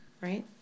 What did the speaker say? Right